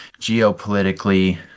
geopolitically